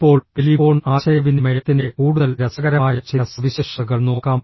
ഇപ്പോൾ ടെലിഫോൺ ആശയവിനിമയത്തിന്റെ കൂടുതൽ രസകരമായ ചില സവിശേഷതകൾ നോക്കാം